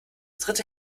dritte